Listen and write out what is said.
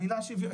המילה שוויון,